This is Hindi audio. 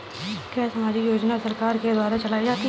क्या सामाजिक योजना सरकार के द्वारा चलाई जाती है?